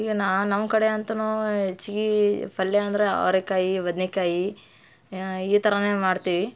ಈಗ ನಾ ನಮ್ಮ ಕಡೆ ಅಂತಲೂ ಹೆಚ್ಗೆ ಪಲ್ಯ ಅಂದ್ರೆ ಅವರೆಕಾಯಿ ಬದ್ನೆಕಾಯಿ ಈ ಥರವೇ ಮಾಡ್ತೀವಿ